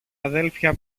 αδέλφια